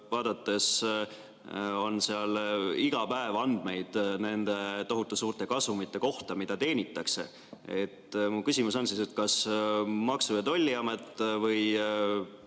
vaadates on seal iga päev andmeid nende tohutu suurte kasumite kohta, mida teenitakse. Mu küsimus on: kas Maksu‑ ja Tolliamet või